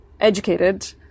educated